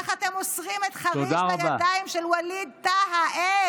איך אתם מוסרים, תודה רבה.